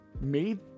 made